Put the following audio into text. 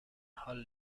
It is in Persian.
حال